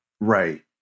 Right